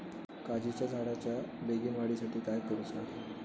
काजीच्या झाडाच्या बेगीन वाढी साठी काय करूचा?